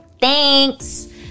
Thanks